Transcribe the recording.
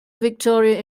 victoria